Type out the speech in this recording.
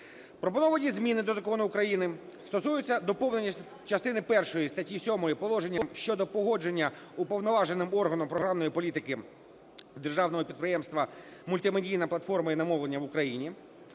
Пропоновані зміни до закону України стосуються доповнення частини першої статті 7 положенням щодо погодження уповноваженим органом програмної політики державного підприємства "Мультимедійна платформа іномовлення в Україні".